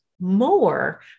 more